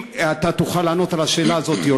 אם אתה תוכל לענות על השאלה הזאת או